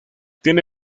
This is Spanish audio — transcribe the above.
tiene